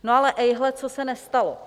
No ale ejhle, co se nestalo.